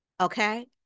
Okay